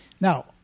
Now